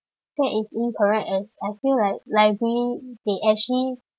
that is incorrect as I feel like library they actually